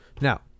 now